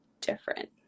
different